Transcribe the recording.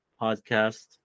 podcast